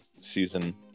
season